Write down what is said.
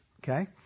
okay